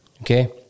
Okay